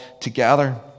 together